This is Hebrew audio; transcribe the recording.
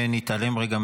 לאורך כל השנים,